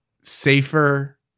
safer